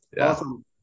awesome